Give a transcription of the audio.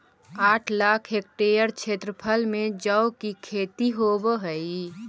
आठ लाख हेक्टेयर क्षेत्रफल में जौ की खेती होव हई